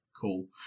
cool